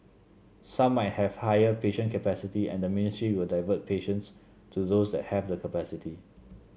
some might have higher patient capacity and the ministry will divert patients to those that have the capacity